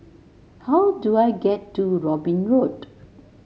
how do I get to Robin Road